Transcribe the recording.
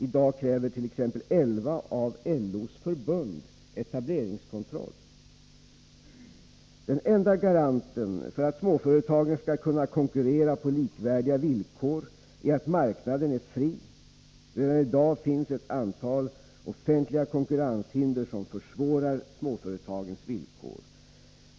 I dag krävert.ex. elva av LO:s förbund etableringskontroll. Den enda garanten för att småföretagen skall kunna konkurrera på likvärdiga villkor är att marknaden är fri. Redan i dag finns ett antal offentliga konkurrenshinder som försvårar småföretagens villkor.